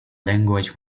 language